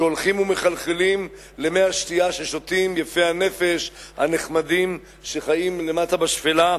שהולכים ומחלחלים למי השתייה ששותים יפי הנפש הנחמדים שחיים למטה בשפלה,